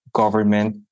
government